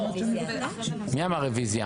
מי אמר רוויזיה?